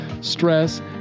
stress